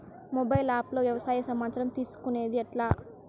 Mobile app లో వ్యవసాయ సమాచారం తీసుకొనేది ఎట్లా?